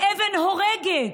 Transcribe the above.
אבן הורגת.